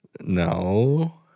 No